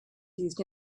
used